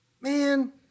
man